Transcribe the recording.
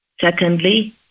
Secondly